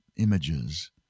images